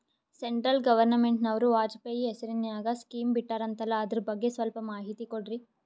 Central ಗವರ್ನಮೆಂಟನವರು ವಾಜಪೇಯಿ ಹೇಸಿರಿನಾಗ್ಯಾ scheme ಬಿಟ್ಟಾರಂತಲ್ಲ ಅದರ ಬಗ್ಗೆ ಸ್ವಲ್ಪ ಮಾಹಿತಿ ಕೊಡ್ರಿ?